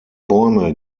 bäume